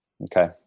Okay